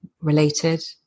related